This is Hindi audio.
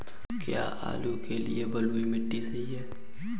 क्या आलू के लिए बलुई मिट्टी सही है?